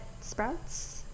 Sprouts